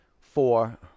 four